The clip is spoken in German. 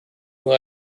nur